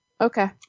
Okay